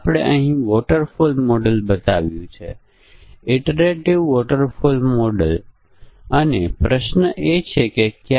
અને અલબત્ત આપણે સાવચેત રહેવું જોઈએ કે આપણે પરિસ્થિતિઓના સંભવિત સંયોજનો પર વિચાર કર્યો છે કે કેમ